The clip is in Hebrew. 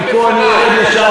גם לפני.